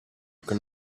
can